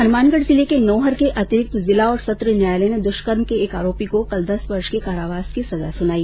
हनुमानगढ़ जिले के नोहर के अतिरिक्त जिला और सत्र न्यायालय ने दृष्कर्म के एक आरोपी को कल दस वर्ष के कारावास की सजा सुनाई